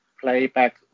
playback